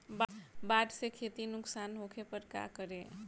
बाढ़ से खेती नुकसान होखे पर का करे?